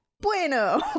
Bueno